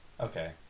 Okay